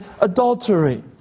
adultery